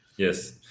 Yes